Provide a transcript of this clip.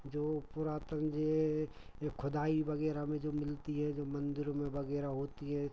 जो पुरातन जे जो खुदाई वग़ैरह में जो मिलती है जो मंदिर में वग़ैरह होती है